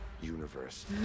Universe